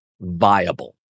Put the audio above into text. viable